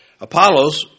Apollos